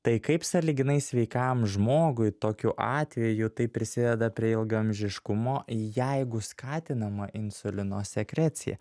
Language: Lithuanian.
tai kaip sąlyginai sveikam žmogui tokiu atveju tai prisideda prie ilgaamžiškumo jeigu skatinama insulino sekrecija